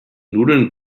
nudeln